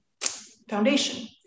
foundation